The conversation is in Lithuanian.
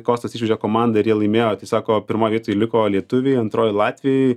kostas išvežė komandą ir jie laimėjo tiesiog pirmoj vietoj liko lietuviai antroj latviai